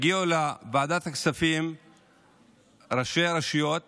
והגיעו לוועדת הכספים ראשי רשויות